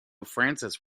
frances